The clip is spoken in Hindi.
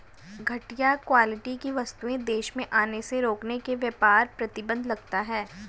घटिया क्वालिटी की वस्तुएं देश में आने से रोकने के लिए व्यापार प्रतिबंध लगता है